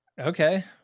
Okay